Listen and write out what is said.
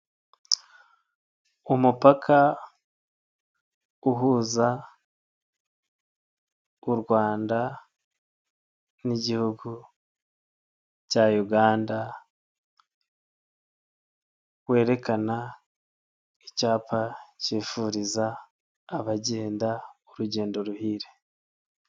Umupaka uhuza u Rwanda n'igihugu cya Uganda werekana icyapa cyifuriza abagenda urugendo ruhire.